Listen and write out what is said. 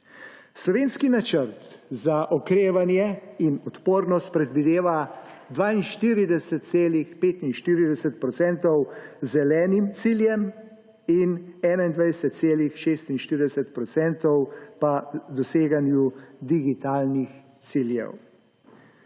Slovenski Načrt za okrevanje in odpornost predvideva 42,45 % zelenim ciljem in 21,46 procentov pa doseganju digitalnih ciljev.